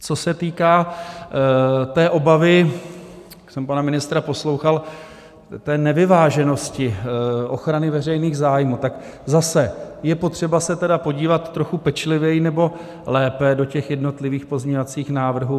Co se týká té obavy, jak jsem pana ministra poslouchal, nevyváženosti ochrany veřejných zájmů, tak zase je potřeba se podívat trochu pečlivěji nebo lépe do těch jednotlivých pozměňovacích návrhů.